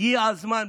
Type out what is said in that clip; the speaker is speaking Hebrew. הגיע הזמן,